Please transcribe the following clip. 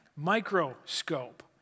microscope